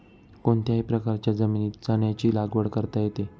कोणत्याही प्रकारच्या जमिनीत चण्याची लागवड करता येते